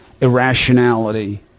irrationality